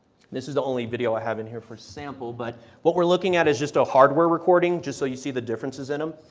this is the only video i have in here for a sample but what we are looking at is just a hardware recording just so you see the differences in them.